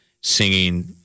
singing